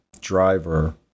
driver